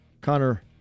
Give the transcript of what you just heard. Connor